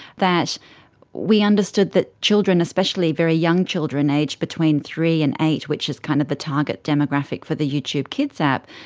that we understood that children, especially very young children aged between three and eight, which is kind of the target demographic for the youtube kids app,